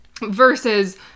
versus